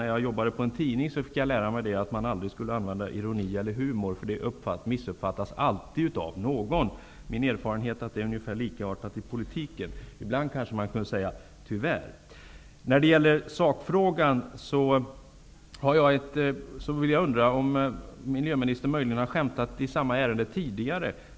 När jag arbetade på en tidning fick jag lära mig att man aldrig skulle använda ironi eller humor, eftersom det alltid missuppfattas av någon. Min erfarenhet är att det är ungefär likartat i politiken -- tyvärr, skulle man kanske ibland kunna säga. När det gäller sakfrågan undrar jag om miljöministern möjligen har skämtat i samma ärende tidigare.